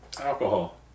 Alcohol